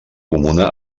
comuna